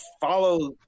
follow